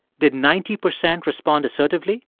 did ninety percent respond assertively,